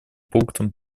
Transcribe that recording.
пунктам